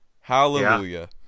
Hallelujah